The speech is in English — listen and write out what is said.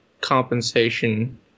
compensation